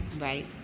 Right